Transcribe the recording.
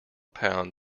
pound